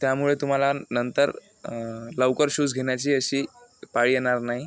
त्यामुळे तुम्हाला नंतर लवकर शूज घेण्याची अशी पाळी येणार नाही